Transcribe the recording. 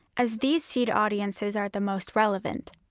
as these seed audiences are the most relevant.